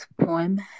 poem